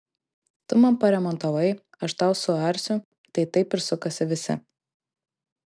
tu man paremontavai aš tau suarsiu tai taip ir sukasi visi